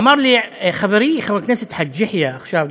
אמר לי חברי חבר הכנסת חאג' יחיא עכשיו,